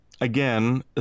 Again